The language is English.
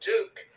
Duke